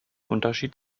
unterschied